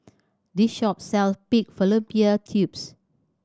this shop sell pig fallopian tubes